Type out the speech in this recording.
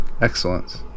excellence